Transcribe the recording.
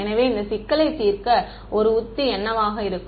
எனவே இந்த சிக்கலை தீர்க்க ஒரு உத்தி என்னவாக இருக்கும்